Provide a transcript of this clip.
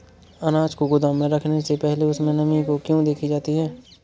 अनाज को गोदाम में रखने से पहले उसमें नमी को क्यो देखी जाती है?